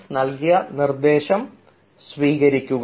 Eliot നൽകിയ നിർദ്ദേശം സ്വീകരിക്കുക